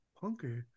Punky